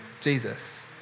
Jesus